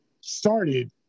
started